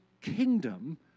kingdom